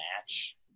match